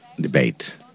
debate